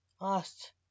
asked